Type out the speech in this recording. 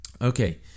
Okay